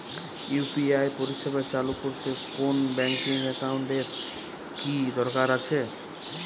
UPI পরিষেবা চালু করতে কোন ব্যকিং একাউন্ট এর কি দরকার আছে?